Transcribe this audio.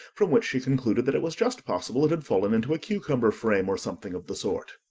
from which she concluded that it was just possible it had fallen into a cucumber-frame, or something of the sort.